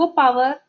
power